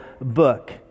book